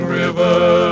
river